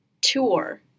tour